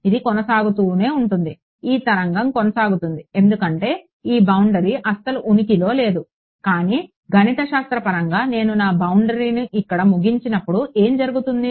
ఇది కొనసాగుతూనే ఉంటుంది ఈ తరంగం కొనసాగుతుంది ఎందుకంటే ఈ బౌండరీ అసలు ఉనికిలో లేదు కానీ గణితశాస్త్రపరంగా నేను నా బౌండరీ ను ఇక్కడ ముగించినప్పుడు ఏమి జరుగుతుంది